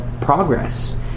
progress